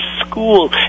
school